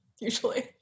usually